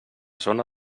zona